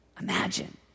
Imagine